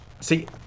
See